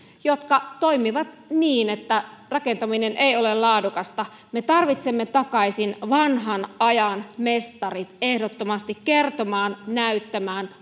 jotka toimivat niin että rakentaminen ei ole laadukasta me tarvitsemme takaisin vanhan ajan mestarit ehdottomasti rakentamaan kertomaan näyttämään